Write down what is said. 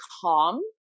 calm